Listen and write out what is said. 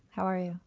how are you?